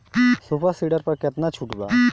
Super seeder पर केतना छूट बा?